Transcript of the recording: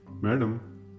Madam